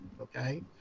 Okay